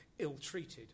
ill-treated